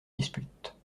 dispute